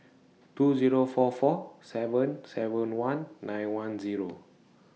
two Zero four four seven seven one nine one Zero